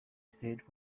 said